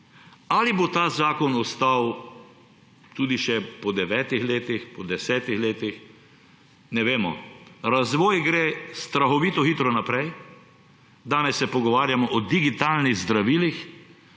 Ali bo ta zakon ostal tudi še po devetih letih, po desetih letih? Ne vemo. Razvoj gre strahovito hitro naprej. Danes se pogovarjamo o digitalnih zdravilih,